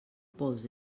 pols